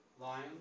lion